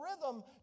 rhythm